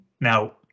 Now